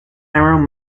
iron